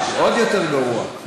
תשעה, עוד יותר גרוע.